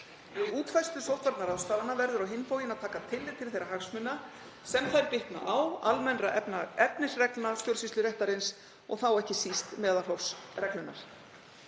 útfærslu sóttvarnaráðstafana verður á hinn bóginn að taka tillit til þeirra hagsmuna sem þær bitna á, almennra efnisreglna stjórnsýsluréttarins og þá ekki síst meðalhófsreglunnar.“